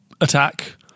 attack